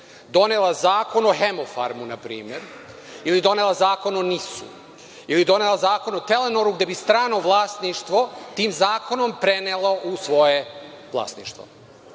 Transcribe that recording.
donela zakon o „Hemofarmu“, na primer, ili donela zakona o NIS-u, ili donela zakon o „Telenoru“, gde bi strano vlasništvo tim zakonom prenelo u svoje vlasništvo.